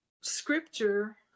scripture